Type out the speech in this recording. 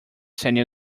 senior